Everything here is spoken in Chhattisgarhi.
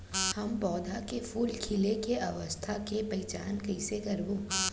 हम पौधा मे फूल खिले के अवस्था के पहिचान कईसे करबो